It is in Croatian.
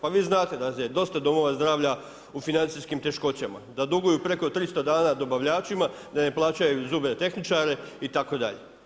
Pa vi znate da je dosta domova zdravlja u financijskim teškoćama, da duguju preko 300 dana dobavljačima, da ne plaćaju zubne tehničare itd.